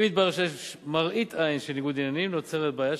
אם מתברר שיש מראית עין של ניגוד עניינים נוצרת בעיה,